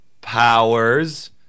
powers